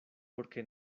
porque